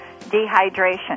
dehydration